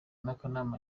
n’akanama